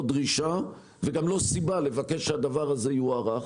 דרישה וגם לא סיבה לבקש שהדבר הזה יוארך.